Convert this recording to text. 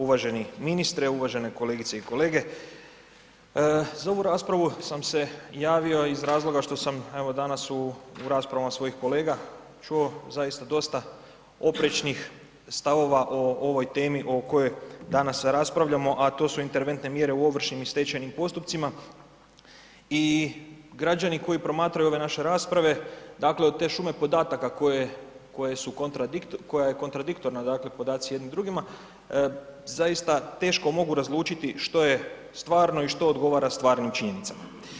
Uvaženi ministre, uvažene kolegice i kolege, za ovu raspravu sam se javio iz razloga što evo danas u raspravama svojih kolega čuo zaista dosta oprečnih stavova o ovoj temi o kojoj danas raspravljamo, a to su interventne mjere u ovršnim i stečajnim postupcima i građani koji promatraju ove naše rasprave, dakle od te šume podataka koje su kontradiktorne, koja je kontradiktorna dakle podaci jedni drugima zaista teško mogu razlučiti što je stvarno i što odgovara stvarnim činjenicama.